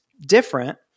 different